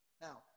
Now